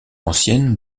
ancienne